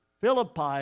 Philippi